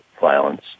violence